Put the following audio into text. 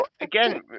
again